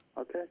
Okay